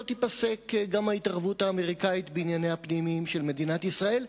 לא תיפסק גם ההתערבות האמריקנית בענייניה הפנימיים של מדינת ישראל.